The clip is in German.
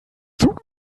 zug